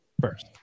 first